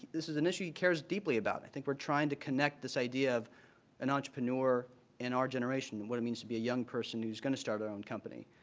this is an issue he cares deeply about. i think we're trying to connect this idea of an entrepreneur in our generation, and what it means to be a young person who is going to start their own company.